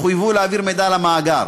יחויבו להעביר מידע למאגר,